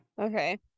Okay